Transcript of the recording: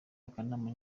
akanama